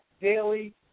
daily